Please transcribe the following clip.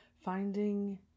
finding